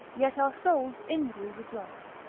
yet our souls inwardly rejoice,